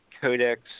Codex